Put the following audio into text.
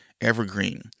evergreen